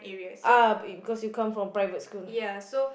ah because you come from private school